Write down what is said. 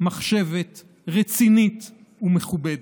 חקיקה כמלאכת מחשבת רצינית ומכובדת,